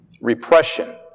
Repression